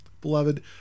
Beloved